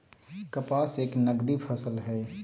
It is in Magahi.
कपास एक नगदी फसल हई